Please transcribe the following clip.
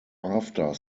after